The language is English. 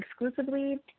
exclusively